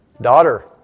Daughter